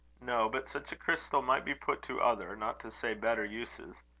no. but such a crystal might be put to other, not to say better, uses.